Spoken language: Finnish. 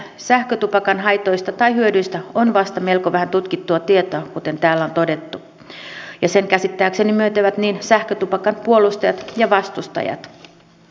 sähkötupakan haitoista tai hyödyistä on vasta melko vähän tutkittua tietoa kuten täällä on todettu ja sen käsittääkseni myöntävät niin sähkötupakan puolustajat kuin vastustajat